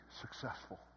successful